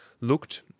looked